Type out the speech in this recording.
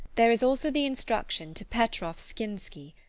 there is also the instruction to petrof skinsky.